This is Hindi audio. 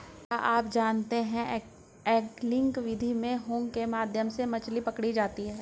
क्या आप जानते है एंगलिंग विधि में हुक के माध्यम से मछली पकड़ी जाती है